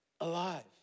alive